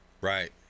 Right